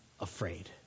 afraid